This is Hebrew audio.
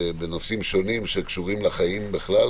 בנושאים שונים שקשורים לחיים בכלל,